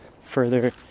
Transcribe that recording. further